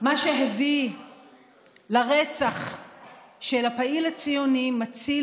מה שהביא לרצח של הפעיל הציוני מציל